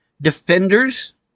Defenders